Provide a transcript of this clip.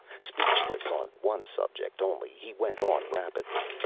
speechless on one subject only, he went on rapidly,